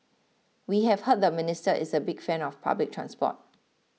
we have heard the minister is a big fan of public transport